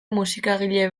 musikagile